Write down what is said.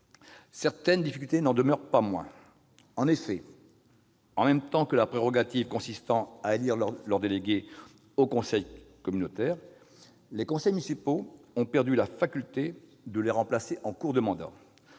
Certaines difficultés n'en demeurent pas moins. En effet, en même temps que la prérogative consistant à élire leurs délégués au conseil communautaire, les conseils municipaux ont perdu la faculté de remplacer ceux-ci en cours de mandat.